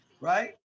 right